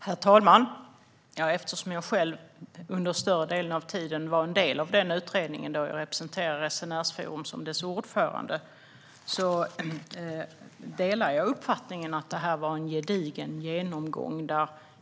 Herr talman! Eftersom jag själv under större delen av tiden var en del av utredningen, då jag representerade Resenärsforum som dess ordförande, delar jag uppfattningen att det var en gedigen genomgång.